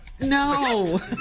No